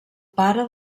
pare